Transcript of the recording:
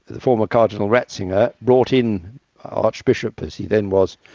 the former cardinal ratzinger brought in archbishop, as he then was,